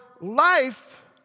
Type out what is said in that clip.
life